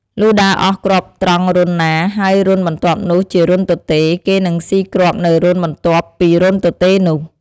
លុះដើរអស់គ្រាប់ត្រង់រន្ធណា ហើយរន្ធបន្ទាប់នោះ ជារន្ធទទេ គេនឹងស៊ីគ្រាប់នៅរន្ធបន្ទាប់ពីរន្ធទទេនោះ។